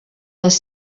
les